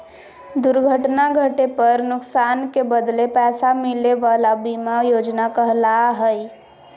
दुर्घटना घटे पर नुकसान के बदले पैसा मिले वला बीमा योजना कहला हइ